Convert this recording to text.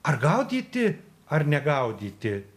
ar gaudyti ar negaudyti